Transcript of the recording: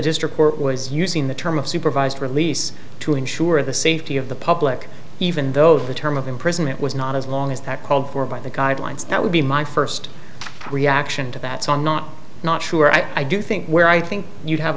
district court was using the term of supervised release to ensure the safety of the public even though the term of imprisonment was not as long as that called for by the guidelines that would be my first reaction to that song not not sure i do think where i think you